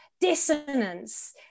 dissonance